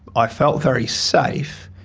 i felt very safe,